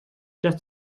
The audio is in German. dass